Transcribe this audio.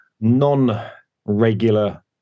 non-regular